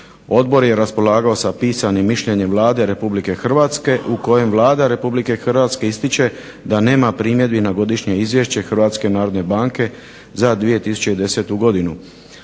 Odbor je raspolagao sa pisanim mišljenjem Vlade Republike Hrvatske u kojem Vlada Republike Hrvatske ističe da nema primjedbi na godišnje izvješće Hrvatske narodne